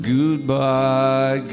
Goodbye